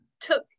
took